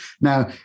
Now